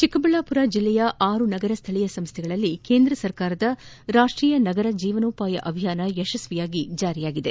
ಚಿಕ್ಕಬಳ್ಳಾಮರ ಜಿಲ್ಲೆಯ ಆರು ನಗರ ಸ್ಥಳೀಯ ಸಂಸ್ಥೆಗಳಲ್ಲಿ ಕೇಂದ್ರಸರ್ಕಾರದ ರಾಷ್ವೀಯ ನಗರ ಜೀವನೋಪಯ ಅಭಿಯಾನ ಯಶಸ್ವಿಯಾಗಿ ಅನುಷ್ಠಾನಗೊಂಡಿದೆ